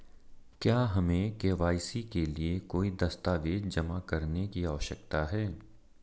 क्या हमें के.वाई.सी के लिए कोई दस्तावेज़ जमा करने की आवश्यकता है?